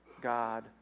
God